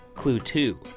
clue two,